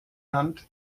hand